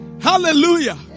Hallelujah